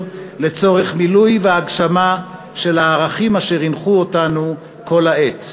לצורך מילוי והגשמה של הערכים אשר הנחו אותנו כל העת.